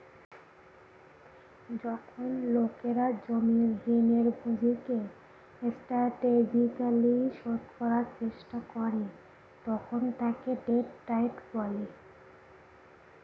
যখন লোকেরা জমির ঋণের পুঁজিকে স্ট্র্যাটেজিকালি শোধ করার চেষ্টা করে তখন তাকে ডেট ডায়েট বলে